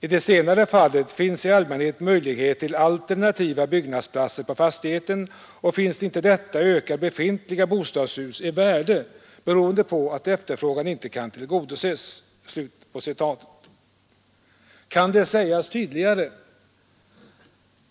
I det senare fallet finns i allmänhet möjlighet till alternativa byggnadsplatser på fastigheten, och finns inte detta ökar befintliga bostadshus i värde, beroende på att en efterfrågan inte kan tillgodoses.” Kan det sägas tydligare?